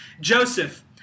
Joseph